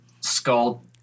skull